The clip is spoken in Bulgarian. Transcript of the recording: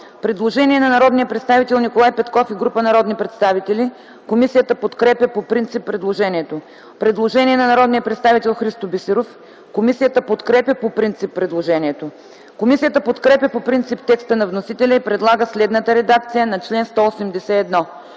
Предложение от народния представител Николай Петков и група народни представители за чл. 197. Комисията подкрепя по принцип предложението. Предложение от народния представител Христо Бисеров, което е оттеглено. Комисията подкрепя по принцип текста на вносителя и предлага следната редакция на чл. 197: